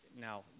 now